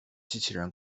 机器人